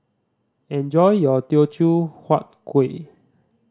enjoy your Teochew Huat Kueh